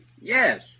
Yes